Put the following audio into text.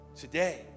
Today